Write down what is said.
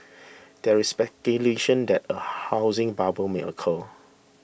there is speculation that a housing bubble may occur